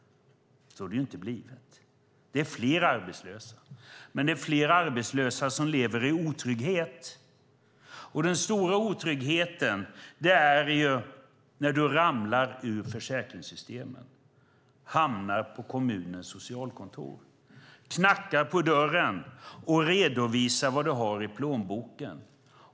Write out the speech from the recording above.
Så har det inte blivit. Det är fler arbetslösa, och det är fler arbetslösa som lever i otrygghet. Det som är den stora otryggheten är när man ramlar ur försäkringssystemen, hamnar på kommunens socialkontor och knackar på dörren och redovisar vad man har i plånboken.